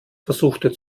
versuchte